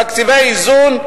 תקציבי האיזון,